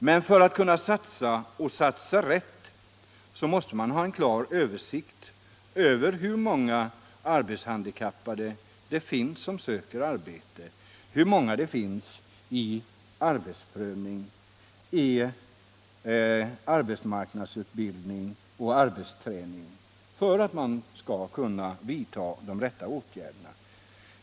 Men för att kunna satsa och satsa rätt måste man ha en klar översikt över hur många arbetshandikappade det finns som söker arbete, hur många det finns i arbetsprövning, i arbetsmarknadsutbildning och arbetsträning.